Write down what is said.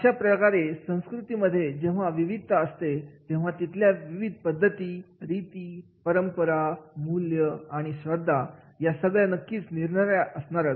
अशाप्रकारे संस्कृती मध्ये जेव्हा विविधता असते तेव्हा तिथल्या पद्धती रिती परंपरा मूल्य आणि श्रद्धा या सगळ्या नक्की निराळ्या असणारच